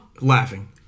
laughing